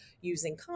using